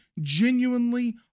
genuinely